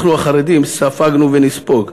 אנחנו, החרדים, ספגנו ונספוג,